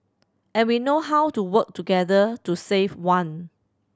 and we know how to work together to save one